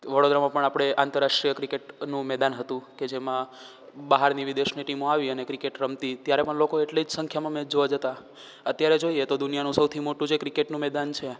તો વડોદરામાં પણ આપણે આંતરરાષ્ટ્રિય ક્રિકેટનું મેદાન હતું કે જેમાં બહારની વિદેશની ટીમો આવી અને ક્રિકેટ રમતી ત્યારે પણ લોકો એટલી જ સંખ્યામાં મેચ જોવા જતાં અત્યારે જોઈએ તો દુનિયાનો સૌથી મોટું જે ક્રિકેટનું મેદાન છે